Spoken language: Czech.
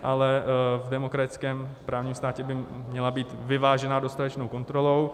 Ale v demokratickém právním státě by měla být vyvážená dostatečnou kontrolou.